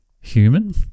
human